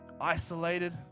isolated